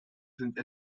sind